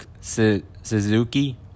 Suzuki